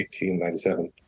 1897